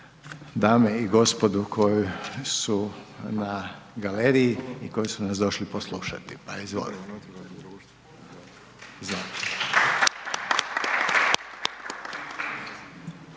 dame i gospodu koji su na galeriji i koji su nas došli poslušati, pa izvolite.